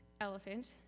elephant